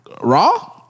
raw